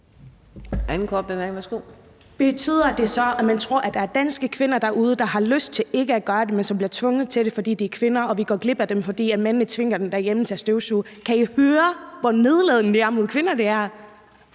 Betyder det så, at man tror, at der er danske kvinder derude, der ikke har lyst til at gøre det, men som bliver tvunget til det, fordi de er kvinder, og at vi går glip af dem, fordi mændene derhjemme tvinger dem til at støvsuge? Kan I høre, hvor nedladende mod kvinder det er?